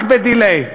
רק ב-delay.